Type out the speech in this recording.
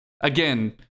again